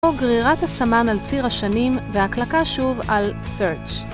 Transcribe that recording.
‫או גרירת הסמן על ציר השנים ‫והקלקה שוב על Search.